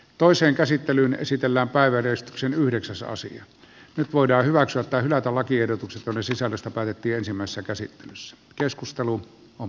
toisen käsittelyn esitellä päiväjärjestyksen yhdeksäs nyt voidaan hyväksyä tai hylätä lakiehdotukset joiden sisällöstä päätettiin ensimmäisessä käsittelyssä keskustelu on